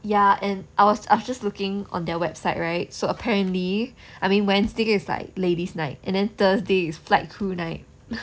ya and I was was just looking on their website right so apparently I mean wednesday is like ladies night and then thursday flight crew night